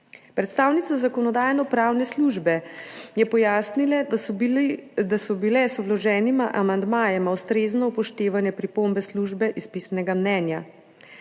Predstavnica Zakonodajno-pravne službe je pojasnila, da so bile z vloženima amandmajema ustrezno upoštevane pripombe službe iz pisnega mnenja.